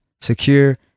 secure